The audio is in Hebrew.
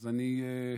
אז אני,